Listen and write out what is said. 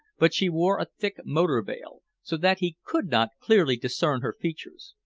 but she wore a thick motor veil, so that he could not clearly discern her features.